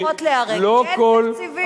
ופחות ליהרג, כי אין תקציבים.